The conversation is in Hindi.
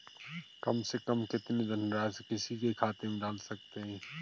कम से कम कितनी धनराशि किसी के खाते में डाल सकते हैं?